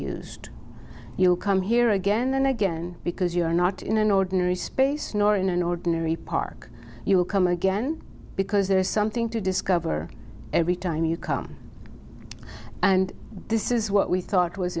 used you come here again and again because you are not in an ordinary space nor in an ordinary park you will come again because there is something to discover every time you come and this is what we thought was